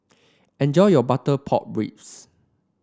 enjoy your Butter Pork Ribs